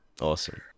Awesome